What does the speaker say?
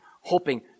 hoping